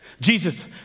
Jesus